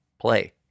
play